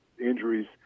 injuries